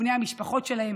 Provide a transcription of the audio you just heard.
ולבני המשפחות שלהם